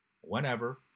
Whenever